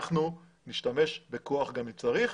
אנחנו נשתמש בכוח גם אם צריך,